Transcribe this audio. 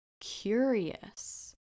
curious